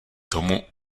tomu